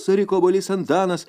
suriko obuolys antanas